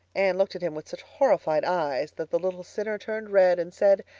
anne looked at him with such horrified eyes that the little sinner turned red and said,